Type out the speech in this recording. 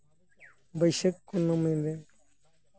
ᱵᱟᱹᱭᱥᱟᱹᱠᱷ ᱠᱩᱱᱟᱹᱢᱤ ᱨᱮ